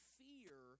fear